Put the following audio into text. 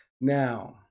now